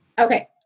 Okay